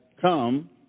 come